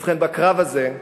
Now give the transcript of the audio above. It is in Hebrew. ובכן, בקרב הזה,